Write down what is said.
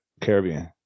Caribbean